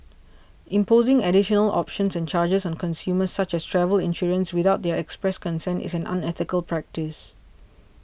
imposing additional options and charges on consumers such as travel insurance without their express consent is an unethical practice